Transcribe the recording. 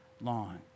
long